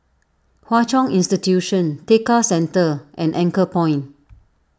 Hwa Chong Institution Tekka Centre and Anchorpoint